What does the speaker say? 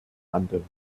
handeln